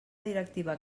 directiva